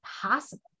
possible